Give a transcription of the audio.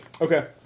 Okay